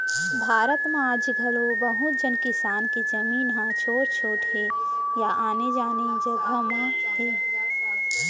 भारत म आज घलौ बहुत झन किसान के जमीन ह छोट छोट हे या आने आने जघा म हे